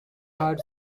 heart